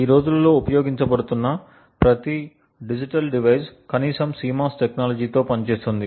ఈ రోజులలో ఉపయోగించబడుతున్న ప్రతి డిజిటల్ డివైస్ కనీసం CMOS టెక్నాలజీతో పనిచేస్తుంది